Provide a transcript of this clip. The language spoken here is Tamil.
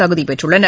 தகுதிப் பெற்றள்ளனர்